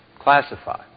classified